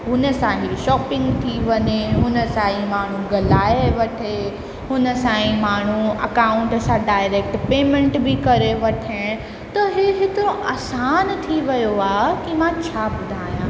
हुन सां ई शॉपिंग थी वञे हुन सां ई माण्हू ॻाल्हाए वठे हुन सां ई माण्हू अकाउंट सां डाएरेक्ट पेमेंट बि करे वठे त इहे हेतिरो आसानु थी वियो आहे कि मां छा ॿुधायां